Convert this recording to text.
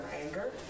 anger